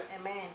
Amen